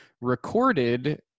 recorded